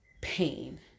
pain